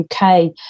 UK